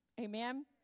Amen